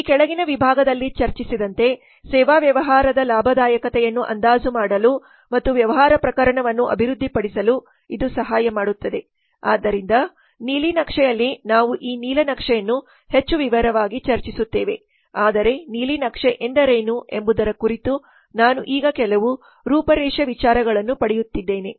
ಈ ಕೆಳಗಿನ ವಿಭಾಗದಲ್ಲಿ ಚರ್ಚಿಸಿದಂತೆ ಸೇವಾ ವ್ಯವಹಾರದ ಲಾಭದಾಯಕತೆಯನ್ನು ಅಂದಾಜು ಮಾಡಲು ಮತ್ತು ವ್ಯವಹಾರ ಪ್ರಕರಣವನ್ನು ಅಭಿವೃದ್ಧಿಪಡಿಸಲು ಇದು ಸಹಾಯ ಮಾಡುತ್ತದೆ ಆದ್ದರಿಂದ ನೀಲನಕ್ಷೆಯಲ್ಲಿ ನಾವು ಈ ನೀಲನಕ್ಷೆಯನ್ನು ನಂತರ ಹೆಚ್ಚು ವಿವರವಾಗಿ ಚರ್ಚಿಸುತ್ತೇವೆ ಆದರೆ ನೀಲನಕ್ಷೆ ಎಂದರೇನು ಎಂಬುದರ ಕುರಿತು ನಾನು ಈಗ ಕೆಲವು ರೂಪರೇಷ ವಿಚಾರಗಳನ್ನು ಪಡೆಯುತ್ತಿದ್ದೇನೆ